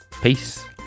Peace